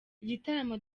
igitaramo